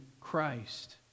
Christ